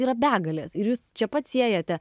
yra begalės ir jūs čia pat siejate